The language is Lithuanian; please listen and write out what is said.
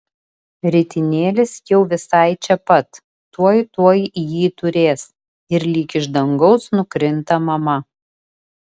ritinėlis jau visai čia pat tuoj tuoj jį turės ir lyg iš dangaus nukrinta mama